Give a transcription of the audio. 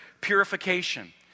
purification